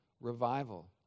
revival